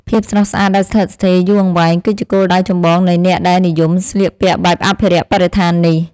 ភាពស្រស់ស្អាតដែលស្ថិតស្ថេរយូរអង្វែង គឺជាគោលដៅចម្បងនៃអ្នកដែលនិយមស្លៀកពាក់បែបអភិរក្សបរិស្ថាននេះ។